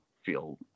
feel